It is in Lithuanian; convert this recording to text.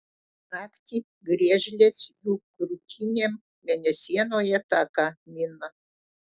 naktį griežlės jų krūtinėm mėnesienoje taką mina